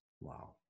wow